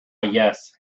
yes